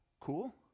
cool